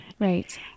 Right